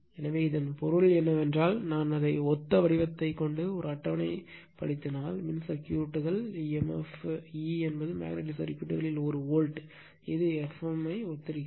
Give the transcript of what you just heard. எனவே இதன் பொருள் என்னவென்றால் நான் அதை ஒத்த வடிவத்தை ஒரு அட்டவணை வடிவத்தில் வைத்தால் மின் சர்க்யூட்கள் emf E என்பது மேக்னட்டிக் சர்க்யூட்களில் ஒரு வோல்ட் இது Fm ஐ ஒத்திருக்கிறது